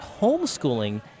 homeschooling